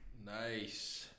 Nice